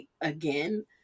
again